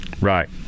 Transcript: Right